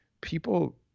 people